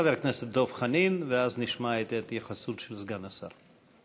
דב חנין, ואז נשמע את התייחסות השר.